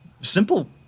Simple